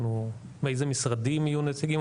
מאיזה משרדים יהיו נציגים?